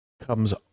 comes